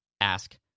ask